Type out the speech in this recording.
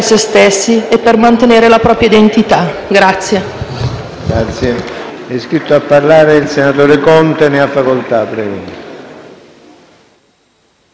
se stessi e per mantenere la propria identità.